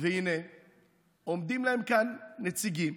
והינה עומדים להם כאן נציגים,